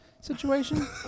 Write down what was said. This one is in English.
situation